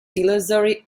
illusory